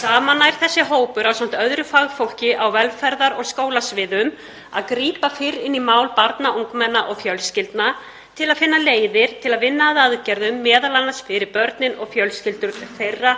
Saman nær þessi hópur, ásamt öðru fagfólki á velferðar- og skólasviðum, að grípa fyrr inn í mál barna, ungmenna og fjölskyldna til að finna leiðir til að vinna að aðgerðum, m.a. fyrir börnin og fjölskyldur þeirra